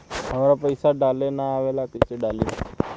हमरा पईसा डाले ना आवेला कइसे डाली?